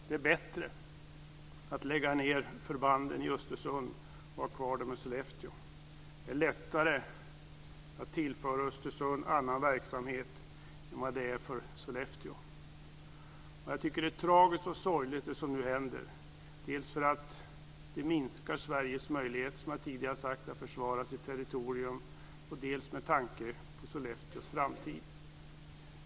Det är bättre att lägga ned förbanden i Östersund och ha kvar dem i Sollefteå. Det är lättare att tillföra Östersund annan verksamhet än vad det är för Sollefteå. Jag tycker att det som nu händer är tragiskt och sorgligt, dels därför att det minskar Sveriges möjligheter att försvara sitt territorium, som jag tidigare har sagt, dels med tanke på Sollefteås framtid.